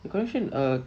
your connection uh